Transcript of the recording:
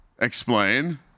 Explain